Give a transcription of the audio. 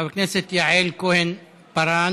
חברת הכנסת יעל כהן פארן,